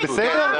זה בסדר?